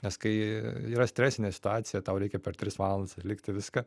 nes kai yra stresinė situacija tau reikia per tris valandas atlikti viską